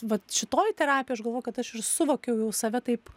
vat šitoj terapijoj aš galvoju kad aš ir suvokiau jau save taip